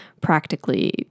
practically